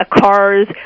cars